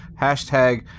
hashtag